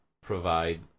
provide